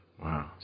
Wow